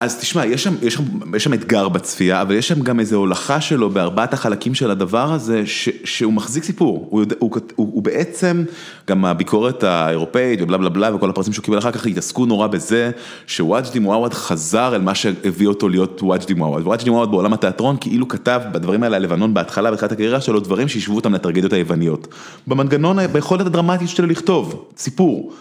‫אז תשמע, יש שם, יש שם אתגר בצפייה, ‫אבל יש שם גם איזו הולכה שלו ‫בארבעת החלקים של הדבר הזה ‫שהוא מחזיק סיפור. ‫הוא בעצם, גם הביקורת האירופאית ‫בלה בלב בלה וכל הפרסים שהוא קיבל אחר כך ‫התעסקו נורא בזה, ‫שוואג' דימואאד חזר ‫אל מה שהביא אותו להיות ‫וואג' דימואאד. ‫וואג' דימואאד בעולם התיאטרון ‫כאילו כתב בדברים על הלבנון ‫בהתחלה ובתחילת הקריירה שלו ‫דברים שיישבו אותם ‫לטרגדיות היווניות. ‫במנגנון, ביכולת הדרמטית שלו ‫לכתוב סיפור.